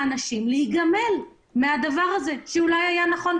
האם אנחנו באמת רוצים להפעיל כלים של השב"כ שמה הוא אומר?